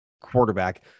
quarterback